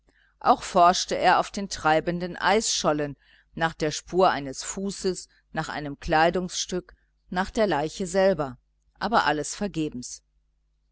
auch forschte er auf den treibenden eisschollen nach der spur eines fußes nach einem kleidungsstück nach der leiche selber aber alles vergebens